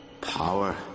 Power